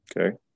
Okay